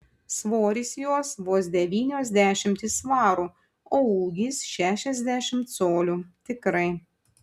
svoris jos vos devynios dešimtys svarų o ūgis šešiasdešimt colių tikrai